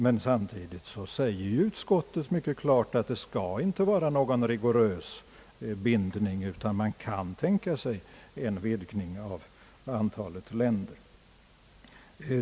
Men samtidigt uttalar utskottsmajoriteten mycket klart, att det inte skall vara någon rigorös bindning utan att man kan tänka sig en vidgning av antalet länder.